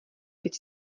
teď